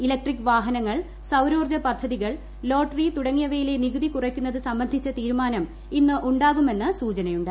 electric വാഹനങ്ങൾ സൌരോർജ്ജ പദ്ധതികൾ ലോട്ടറി തുടങ്ങിയവയിലെ നികുതി കുറയ്ക്കുന്നത് സംബന്ധിച്ച തീരുമാനം ഇന്ന് ഉണ്ടാകുമെന്ന് സൂചനയുണ്ട്